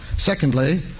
Secondly